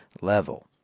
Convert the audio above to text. level